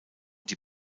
die